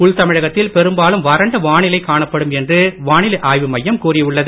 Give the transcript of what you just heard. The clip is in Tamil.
உள்தமிழகத்தில் பெரும்பாலும் வறண்ட வானிலையே காணப்படும் என்று வானிலை ஆய்வு மையம் கூறி உள்ளது